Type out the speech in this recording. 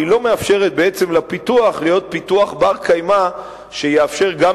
והיא לא מאפשרת בעצם לפיתוח להיות פיתוח בר-קיימא שיאפשר גם